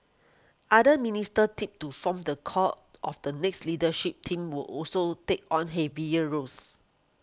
other ministers tipped to form the core of the next leadership team will also take on heavier roles